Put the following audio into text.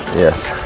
yes.